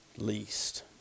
least